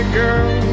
girl